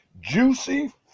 juicy